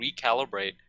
recalibrate